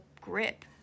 grip